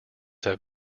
have